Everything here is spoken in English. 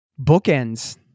bookends